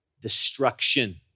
destruction